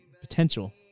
potential